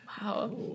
Wow